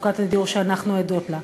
מצוקת הדיור שאנחנו עדות לה.